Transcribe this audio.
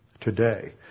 today